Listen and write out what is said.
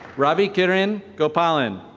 robby karim goldpollen.